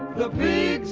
the